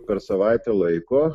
per savaitę laiko